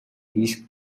ийш